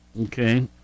Okay